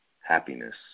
happiness